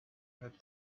had